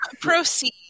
Proceed